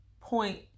point